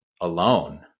alone